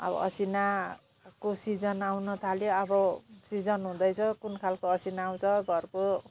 अब असिनाको सिजन आउन थाल्यो अब सिजन हुँदैछ कुन खाले असिना आउँछ घरको